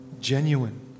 genuine